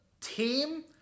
team—